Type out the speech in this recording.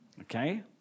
Okay